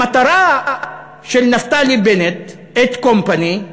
המטרה של נפתלי בנט את קומפני,